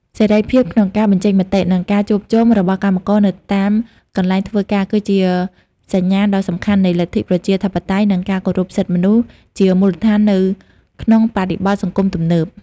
សេរីភាពក្នុងការបញ្ចេញមតិ និងការជួបជុំរបស់កម្មករនៅតាមកន្លែងធ្វើការ គឺជាសញ្ញាណដ៏សំខាន់នៃលទ្ធិប្រជាធិបតេយ្យ និងការគោរពសិទ្ធិមនុស្សជាមូលដ្ឋាននៅក្នុងបរិបទសង្គមទំនើប។